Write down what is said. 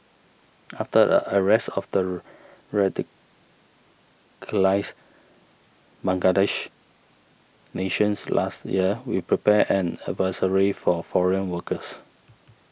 after a arrest of their radicalised Bangladeshi nations last year we prepared an advisory for foreign workers